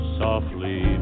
softly